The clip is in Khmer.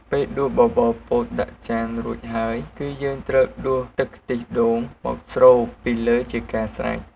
ពេលដួសបបរពោតដាក់ចានរួចហើយគឺយើងត្រូវដួសទឹកខ្ទិះដូងមកស្រូបពីលើជាការស្រេច។